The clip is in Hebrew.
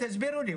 תסבירו לי,